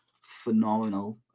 phenomenal